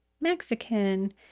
mexican